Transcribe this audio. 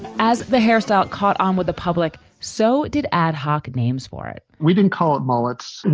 as the hairstyle caught on with the public, so did ad hoc names for it we didn't call it molex.